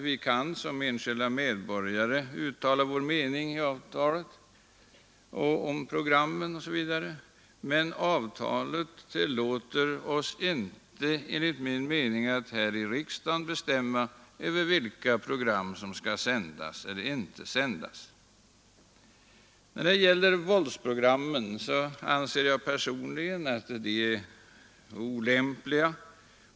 Vi kan som enskilda medborgare uttala vår mening om programmen, men avtalet tillåter enligt min mening inte riksdagen att bestämma vilka program som skall sändas och vilka program som inte skall sändas. Personligen anser jag att våldsprogrammen är olämpliga.